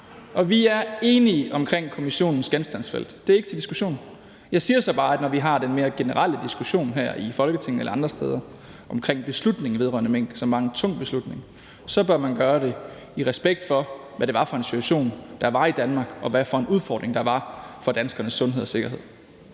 Og vi er enige om kommissionens genstandsfelt – det er ikke til diskussion. Jeg siger så bare, at når vi har den mere generelle diskussion her i Folketinget eller andre steder omkring beslutningen vedrørende mink, som var en tung beslutning, så bør man gøre det i respekt for, hvad det var for en situation, der var i Danmark, og hvad for en udfordring der var i forhold til danskernes sundhed og sikkerhed.